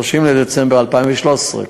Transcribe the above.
ב-30 בדצמבר 2013,